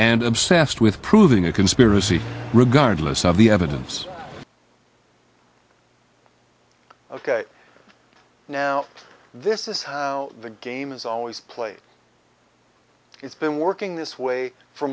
and obsessed with proving a conspiracy regardless of the evidence ok now this is how the game is always played it's been working this way for